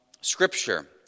Scripture